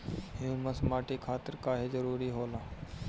Humus माटी खातिर काहे जरूरी होला?